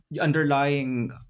underlying